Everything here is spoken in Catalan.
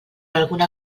alguna